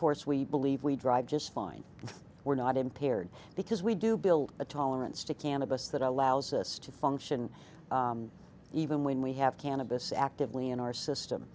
course we believe we drive just fine we're not impaired because we do build a tolerance to cannabis that allows us to function even when we have cannabis actively in our system